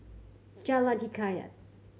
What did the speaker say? Jalan Hikayat